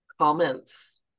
comments